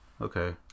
Okay